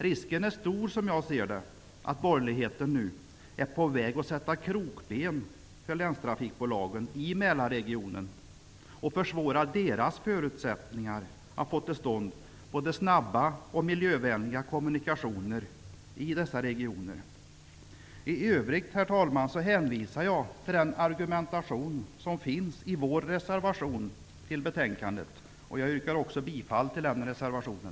Risken är stor att borgerligheten nu är på väg att sätta krokben för länstrafikbolagen i Mälarregionen och försvårar deras förutsättningar att få till stånd både snabba och miljövänliga kommunikationer i dessa regioner. I övrigt hänvisar jag, herr talman, till argumentationen i vår reservation till betänkandet. Jag yrkar också bifall till reservationen.